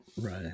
right